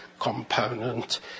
component